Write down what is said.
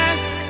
Ask